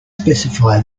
specify